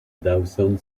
dawson